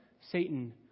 Satan